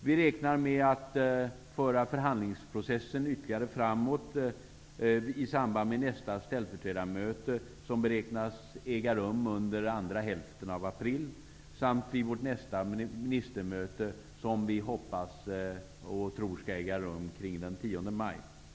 Vi räknar med att kunna föra förhandlingsprocessen ytterligare ett gott stycke framåt i samband med nästa ställföreträdarmöte, som beräknas äga rum under andra hälften av april, samt vid vårt nästa ministermöte, som vi hoppas kommer att äga rum den 10 maj.